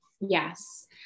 Yes